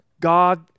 God